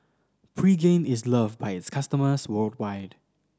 Pregain is loved by its customers worldwide